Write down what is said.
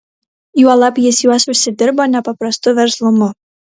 juolab jis juos užsidirbo nepaprastu verslumu